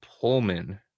Pullman